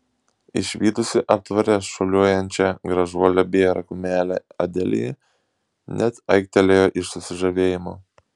išvydusi aptvare šuoliuojančią gražuolę bėrą kumelę adelija net aiktelėjo iš susižavėjimo